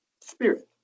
spirit